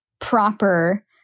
proper